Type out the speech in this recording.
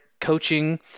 coaching